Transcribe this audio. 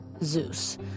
Zeus